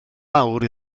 mawr